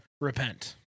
repent